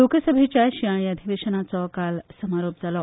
लोकसभेच्या शिंयाळी अधिवेशनाचो काल समारोप जालो